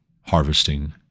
harvesting